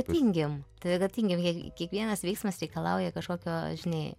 tingim todėl kad tingim jei kiekvienas veiksmas reikalauja kažkokio žinai